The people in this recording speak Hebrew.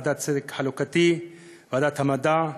בוועדה לצדק חלוקתי ובוועדת המדע.